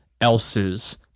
else's